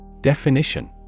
Definition